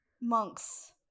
monks